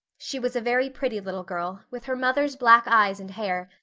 she was a very pretty little girl, with her mother's black eyes and hair,